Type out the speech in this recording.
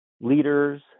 leaders